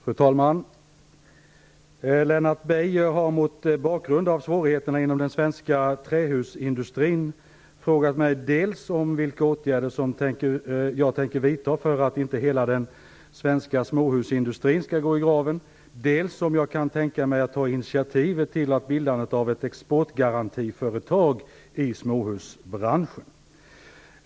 Fru talman! Lennart Beijer har mot bakgrund av svårigheterna inom den svenska trähusindustrin frågat mig dels om vilka åtgärder som jag tänker vidta för att inte hela den svenska småhusindustrin skall gå i graven, dels om jag kan tänka mig att ta initiativet till bildandet av ett exportgarantiföretag i småhusbranschen.